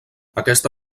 aquesta